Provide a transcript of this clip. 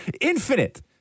infinite